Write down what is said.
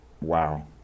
Wow